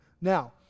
Now